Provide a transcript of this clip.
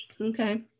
okay